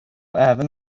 även